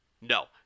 No